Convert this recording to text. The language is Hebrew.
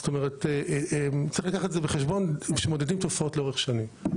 זאת אומרת שצריך לקחת את זה בחשבון כשמודדים תופעות לאורך שנים.